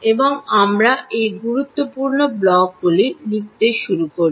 এবং আমরা এই গুরুত্বপূর্ণ ব্লকগুলি লিখতে শুরু করি